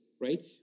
right